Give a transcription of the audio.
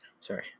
Sorry